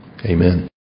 Amen